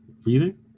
breathing